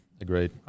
Agreed